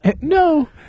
No